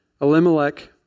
Elimelech